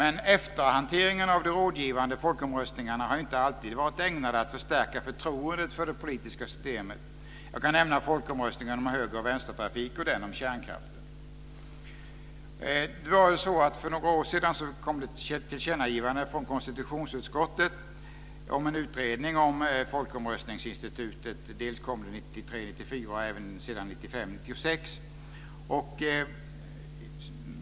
Efterhanteringen av de rådgivande folkomröstningarna har inte alltid varit ägnade att förstärka förtroendet för det politiska systemet. Jag kan nämna folkomröstningen om höger och vänstertrafik och den om kärnkraften. För några år sedan kom det ett tillkännagivande från konstitutionsutskottet om en utredning av folkomröstningsinstitutet, dels kom det ett 1993 96.